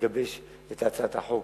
לגבש את הצעת החוק,